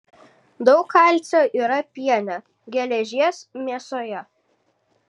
daug kalcio yra piene geležies mėsoje